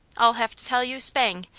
i'll have to tell you spang!